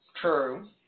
True